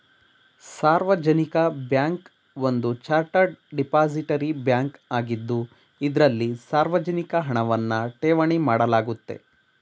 ಸಾರ್ವಜನಿಕ ಬ್ಯಾಂಕ್ ಒಂದು chartered depository bank ಆಗಿದ್ದು ಇದ್ರಲ್ಲಿ ಸಾರ್ವಜನಿಕ ಹಣವನ್ನ ಠೇವಣಿ ಮಾಡಲಾಗುತ್ತೆ